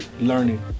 learning